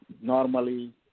normally